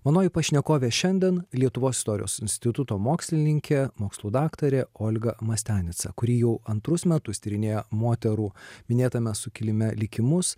manoji pašnekovė šiandien lietuvos istorijos instituto mokslininkė mokslų daktarė olga mastianica kuri jau antrus metus tyrinėja moterų minėtame sukilime likimus